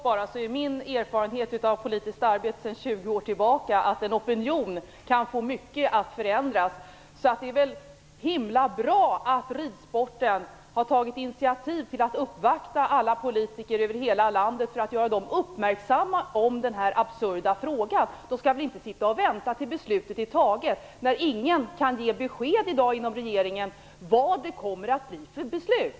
Herr talman! Min erfarenhet av politiskt arbete sedan 20 år tillbaka är att en opinion kan få mycket att förändras. Det är väl himla bra att ridsporten har tagit initiativ till att uppvakta alla politiker över hela landet för att göra dem uppmärksamma på den här absurda frågan. De skall väl inte sitta och vänta tills beslutet är fattat, när ingen inom regeringen i dag kan ge besked om vad det kommer att bli för beslut.